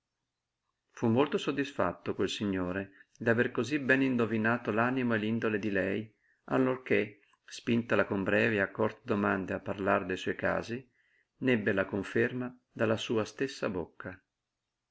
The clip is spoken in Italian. fu molto soddisfatto quel signore d'avere cosí bene indovinato l'animo e l'indole di lei allorché spintala con brevi e accorte domande a parlare de suoi casi n'ebbe la conferma dalla sua stessa bocca